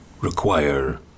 require